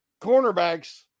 cornerbacks